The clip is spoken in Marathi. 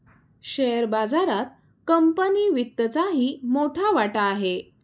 शेअर बाजारात कंपनी वित्तचाही मोठा वाटा आहे